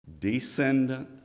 descendant